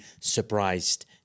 surprised